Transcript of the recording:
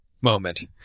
moment